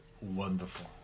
wonderful